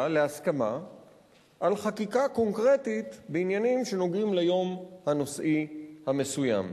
להסכמה על חקיקה קונקרטית בעניינים שנוגעים ליום הנושאי המסוים.